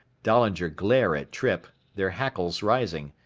dahlinger glare at trippe, their hackles rising.